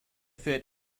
fit